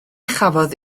chafodd